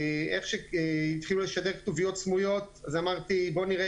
ואיך שהתחילו לשדר כתוביות סמויות אמרתי 'בוא נראה